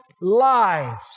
lies